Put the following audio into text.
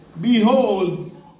Behold